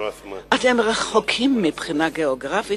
אומנם אתם רחוקים מבחינה גיאוגרפית,